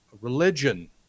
religion